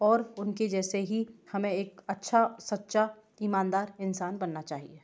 और उनके जैसे ही हमें एक अच्छा सच्चा ईमानदार इंसान बनना चाहिए